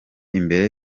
imbere